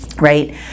Right